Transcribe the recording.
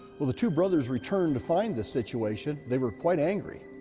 well, the two brothers returned to find this situation. they were quite angry.